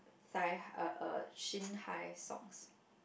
sigh uh shin high socks